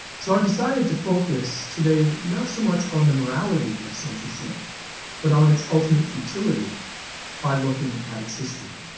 so i've decided to focus today not so much on the morality of censorship but on its ultimate futility by looking at its history.